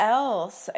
else